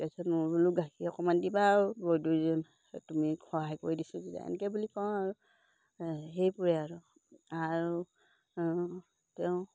তাৰপিছত মই বোলো গাখীৰ অকণমান দিবা আৰু তুমি সহায় কৰি দিছোঁ যেতিয়া এনেকৈ বুলি কওঁ আৰু সেইবোৰে আৰু আৰু তেওঁ